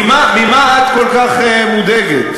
ממה את כל כך מודאגת?